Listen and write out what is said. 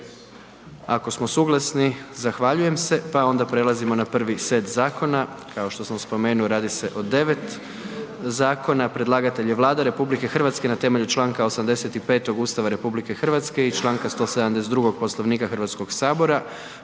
objedinjeno? Hvala vam. pa onda prelazimo na prvi set zakona, kao što sam spomenuo radi se o 9 zakona. Predlagatelj je Vlada RH na temelju članka 85. Ustava RH i članaka 172. Poslovnika Hrvatskog sabora.